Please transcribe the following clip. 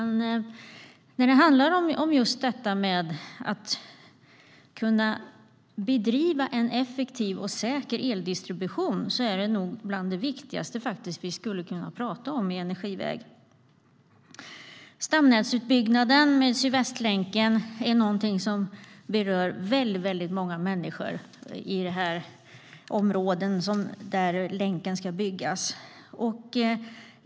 När det handlar om att kunna bedriva en effektiv och säker eldistribution är det nog bland det viktigaste vi kan tala om i energiväg. Stamnätsutbyggnaden med Sydvästlänken berör många människor i de områden där länken ska byggas.